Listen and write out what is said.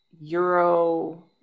euro